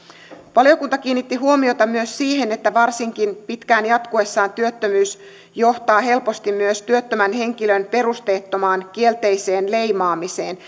valiokunta kiinnitti huomiota myös siihen että varsinkin pitkään jatkuessaan työttömyys johtaa helposti myös työttömän henkilön perusteettomaan kielteiseen leimaamiseen